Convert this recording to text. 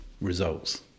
results